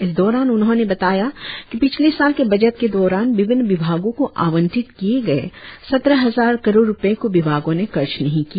इस दौरान उन्होंने बताया कि पिछले साल के बजट के दौरान विभिन्न विभागों को आवंटित किए गए सत्रह हजार करोड़ रुपये को विभागों ने खर्च नही किया